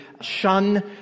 shun